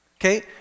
okay